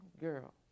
girl